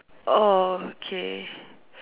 orh okay